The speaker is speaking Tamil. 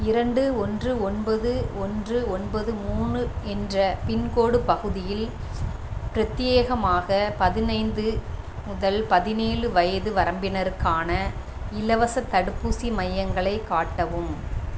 இரண்டு ஒன்று ஒன்பது ஒன்று ஒன்பது மூணு என்ற பின்கோடு பகுதியில் பிரத்யேகமாக பதினைந்து முதல் பதினேழு வயது வரம்பினருக்கான இலவசத் தடுப்பூசி மையங்களை காட்டவும்